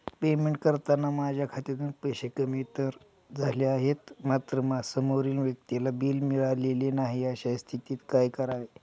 Payment करताना माझ्या खात्यातून पैसे कमी तर झाले आहेत मात्र समोरील व्यक्तीला बिल मिळालेले नाही, अशा स्थितीत काय करावे?